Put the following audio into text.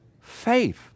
faith